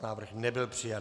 Návrh nebyl přijat.